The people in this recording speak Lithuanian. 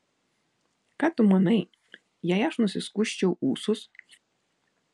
ką tu manai jei aš nusiskusčiau ūsus